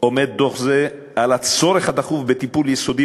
דוח זה עומד על הצורך הדחוף בטיפול יסודי